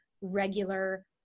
regular